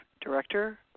director